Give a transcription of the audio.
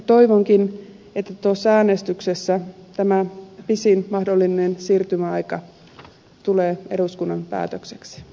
toivonkin että tuossa äänestyksessä tämä pisin mahdollinen siirtymäaika tulee eduskunnan päätökseksi